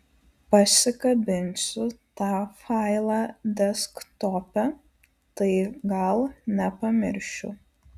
pasikabinsiu tą failą desktope tai gal nepamiršiu